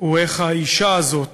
הוא איך האישה הזאת